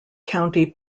county